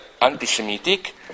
anti-Semitic